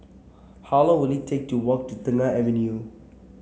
how long will it take to walk to Tengah Avenue